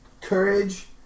Courage